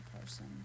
person